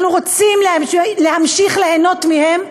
אנחנו רוצים להמשיך ליהנות מהם,